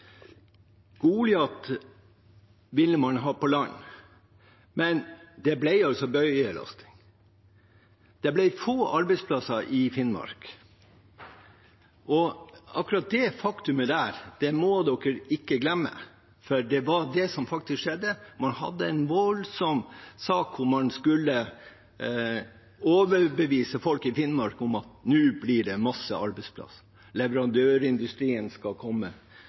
ville man ha på land, men det ble altså bøyelasting. Det ble få arbeidsplasser i Finnmark. Akkurat det faktumet må man ikke glemme, for det var det som faktisk skjedde. Man hadde en voldsom sak – man skulle overbevise folk i Finnmark om at nå ville det bli masse arbeidsplasser. Leverandørindustrien skulle komme.